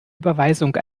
überweisung